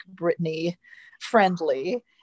Britney-friendly